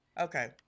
Okay